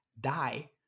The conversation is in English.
die